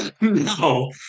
No